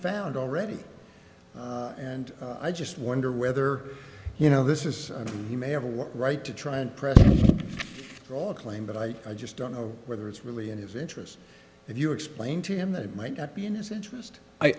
found already and i just wonder whether you know this is he may have a what right to try and press for all claim but i just don't know whether it's really in his interest if you explain to him that it might not be in his interest